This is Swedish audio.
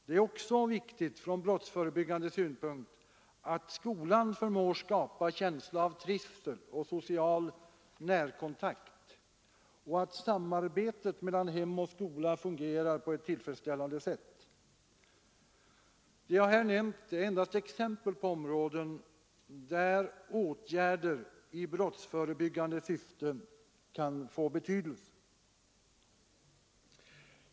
Det är också viktigt från brottsförebyggande synpunkt att skolan förmår skapa en känsla av trivsel och social närkontakt och att samarbetet mellan hem och skola fungerar på ett tillfredsställande sätt. Det jag har nämnt är endast exempel på områden, där åtgärder i brottsförebyggande syfte kan få betydelse.